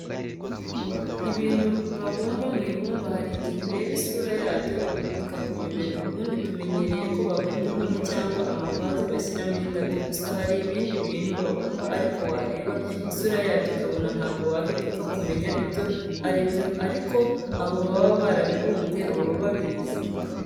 Ibintu babumba mu ibumba hari igihe ureba isura yabyo ikakuyobera. Ubundi tumenyereye ko babumba inkono cyangwa amavazi bashyiramo indabyo, gusa hari ibindi bintu babumba ariko wareba isura yabyo ukabona ntabwo wahita upfa kumenya ibyo ari by ariko abo baba barabibumbye baba babizi.